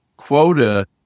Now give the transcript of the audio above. Quota